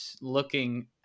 looking